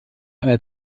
einer